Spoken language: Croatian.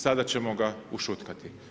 Sada ćemo ga ušutkati.